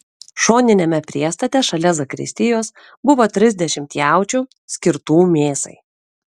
šoniniame priestate šalia zakristijos buvo trisdešimt jaučių skirtų mėsai